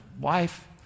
wife